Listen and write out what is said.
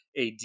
AD